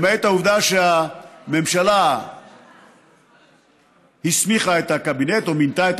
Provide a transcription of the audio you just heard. למעט העובדה שהממשלה הסמיכה את הקבינט או מינתה את